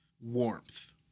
warmth